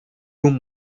whom